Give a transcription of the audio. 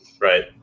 Right